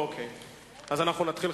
תתחיל,